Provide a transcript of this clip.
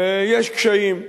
יש קשיים.